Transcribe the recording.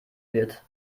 wird